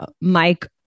Mike